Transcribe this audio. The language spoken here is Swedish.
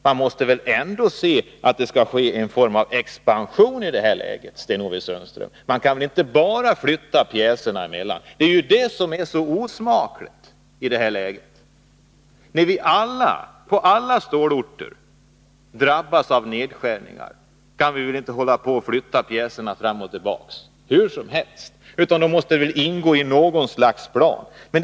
Man måste väl ändå se till att det sker en expansion i detta läge, Sten-Ove Sundström. Man kan inte bara flytta pjäserna! Det är ju detta som är så osmakligt. När man på alla stålorter drabbas av nedskärningar, kan vi inte bara flytta pjäserna fram och tillbaka hur som helst. Det måste ingå i något slags plan.